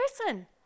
person